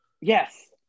Yes